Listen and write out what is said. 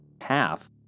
half